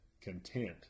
content